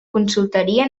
consultoria